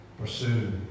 pursue